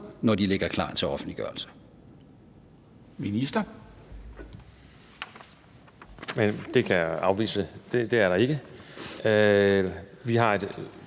når de ligger klar til offentliggørelse.